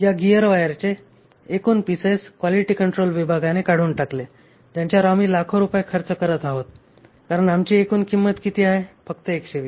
या गीयर वायरचे एकूण पीसेस क्वालिटी कंट्रोल विभागाने काढून टाकले ज्यांच्यावर आम्ही लाखो रुपये खर्च करत आहोत कारण आमची एकूण किंमत किती आहे फक्त 120